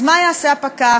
אז מה יעשה הפקח?